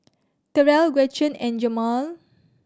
Terell Gretchen and Jemal